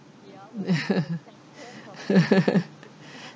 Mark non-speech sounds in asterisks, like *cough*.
*laughs*